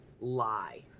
lie